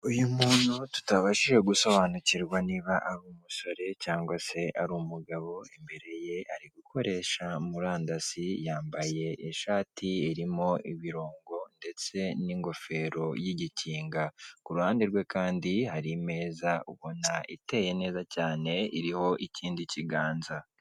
Uyu muntu tutabashije gusobanukirwa niba ari umusore cyangwa se ari umugabo, imbere ye ari gukoresha murandasi yambaye ishati irimo ibirongo ndetse n'ingofero y'igikinga, ku ruhande rwe kandi hari imeza ubona iteye neza cyane iriho ikindi kiganza.